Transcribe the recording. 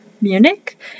Munich